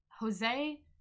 jose